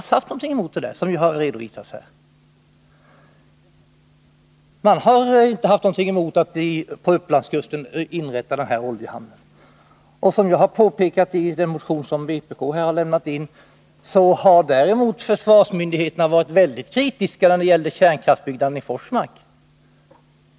Som här har redovisats, har dessa inte alls haft någonting emot att det inrättas en oljehamn på Upplandskusten. Som påpekats i vpk-motionen har försvarsmyndigheterna däremot varit väldigt kritiska mot byggandet av kärnkraftverket i Forsmark.